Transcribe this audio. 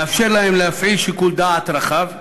מאפשר להם להפעיל שיקול דעת רחב,